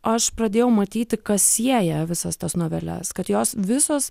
aš pradėjau matyti kas sieja visas tas noveles kad jos visos